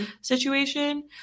situation